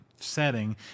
setting